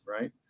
right